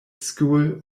school